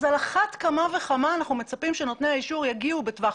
על אחת כמה וכמה אנחנו מצפים שנותני האישור יגיעו בטווח